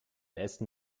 essen